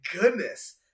goodness